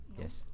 Yes